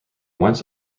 went